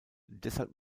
deshalb